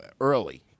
early